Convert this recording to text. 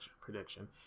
prediction